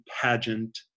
pageant